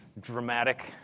dramatic